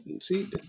See